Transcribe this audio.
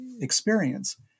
experience